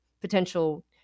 potential